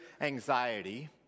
anxiety